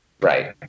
Right